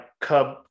cub